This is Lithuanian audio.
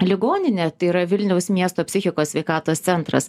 ligoninė yra vilniaus miesto psichikos sveikatos centras